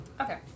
Okay